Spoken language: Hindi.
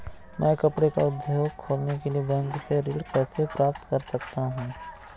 मैं कपड़े का उद्योग खोलने के लिए बैंक से ऋण कैसे प्राप्त कर सकता हूँ?